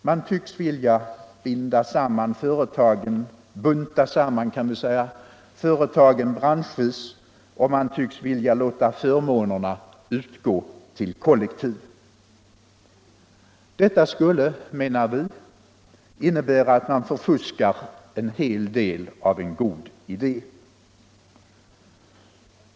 Man tycks vilja bunta samman företagen branschvis, och man tycks vilja låta förmånerna utgå till kollektiv. Detta skulle, menar vi, innebära att man förfuskar en hel del av en god idé.